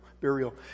burial